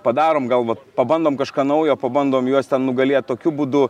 padarom gal vat pabandom kažką naujo pabandom juos ten nugalėt tokiu būdu